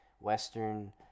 Western